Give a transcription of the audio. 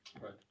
Right